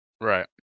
Right